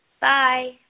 Bye